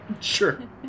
sure